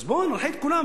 אז בואו ננחה את כולם.